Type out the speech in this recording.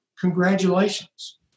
congratulations